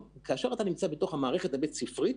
כאשר אתה נמצא בתוך המערכת הבית ספרית